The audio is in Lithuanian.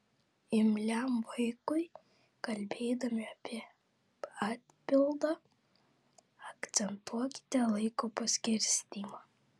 imliam vaikui kalbėdami apie atpildą akcentuokite laiko paskirstymą